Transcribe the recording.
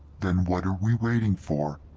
then what are we waiting for?